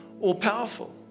all-powerful